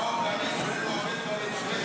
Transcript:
--- נאור ואני הבאנו הרבה דברים.